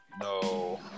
no